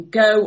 go